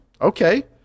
Okay